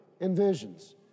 envisions